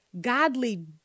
godly